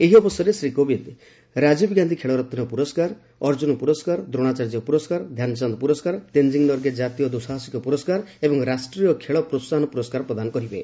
ଏହି ଅବସରରେ ଶ୍ରୀ କୋବିନ୍ଦ ରାଜୀବ ଗାନ୍ଧୀ ଖେଳରତ୍ନ ପୁରସ୍କାର ଅର୍ଜୁନ ପୁରସ୍କାର ଦ୍ରୋଣାଚାର୍ଯ୍ୟ ପୁରସ୍କାର ଧ୍ୟାନଚାନ୍ଦ ପୁରସ୍କାର ତେନ୍ଜିଙ୍ଗ ନର୍ଗେ ଜାତୀୟ ଦୂଃସାହସିକ ପୁରସ୍କାର ଏବଂ ରାଷ୍ଟ୍ରୀୟ ଖେଳ ପ୍ରୋହାହନ ପୁରସ୍କାର ପ୍ରଦାନ କରିବେ